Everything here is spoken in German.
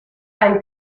einen